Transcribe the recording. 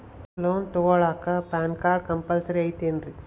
Loan ತೊಗೊಳ್ಳಾಕ PAN card compulsory ಐಯ್ತೇನ್ರಿ?